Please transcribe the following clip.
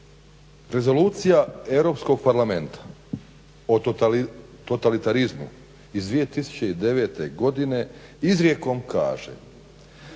Rezolucija EU parlamenta o totalitarizmu iz 2009.godine izrijekom kaže